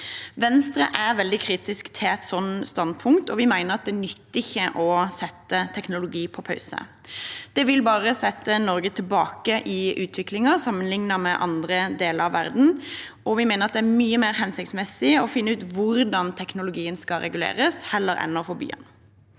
Venstre er veldig kritisk til et sånt standpunkt, og vi mener det ikke nytter å sette teknologi på pause. Det vil bare sette Norge tilbake i utviklingen sammenliknet med andre deler av verden. Vi mener det er mye mer hensiktsmessig å finne ut hvordan teknologien skal reguleres, enn å forby den.